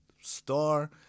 star